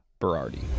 Berardi